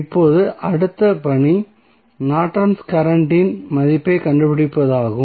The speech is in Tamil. இப்போது அடுத்த பணி நார்டன்ஸ் கரண்ட் இன் Nortons current மதிப்பைக் கண்டுபிடிப்பதாகும்